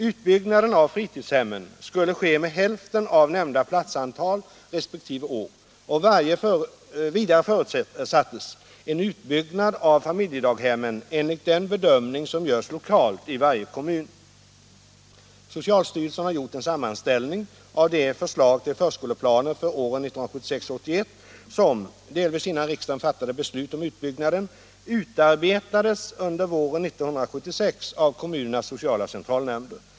Utbyggnaden av fritidshemmen skulle ske med hälften av nämnda platsantal resp. år. Vidare förutsattes en utbyggnad av familjedaghemmen enligt den bedömning som görs lokalt i varje kommun. Socialstyrelsen har gjort en sammanställning av de förslag till förskoleplaner för åren 1976-1981 som — delvis innan riksdagen fattade beslut om utbyggnaden — utarbetades under våren 1976 av kommunernas sociala centralnämnder.